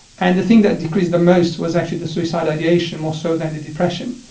and the thing that decreased the most was actually the suicidal ideation more so than the depression.